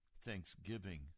thanksgiving